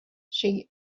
she